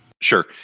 Sure